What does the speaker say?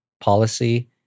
policy